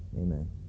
Amen